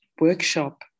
workshop